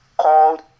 called